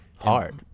hard